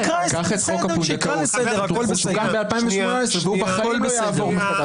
שיקרא לסדר, הכול בסדר.